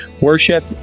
Worship